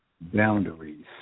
boundaries